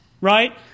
right